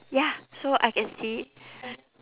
ya so I can see